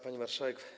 Pani Marszałek!